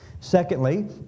Secondly